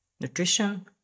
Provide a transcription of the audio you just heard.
nutrition